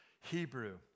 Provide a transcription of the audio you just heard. Hebrew